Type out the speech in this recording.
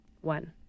one